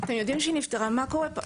מה קורה פה?